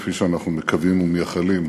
כפי שאנחנו מקווים ומייחלים,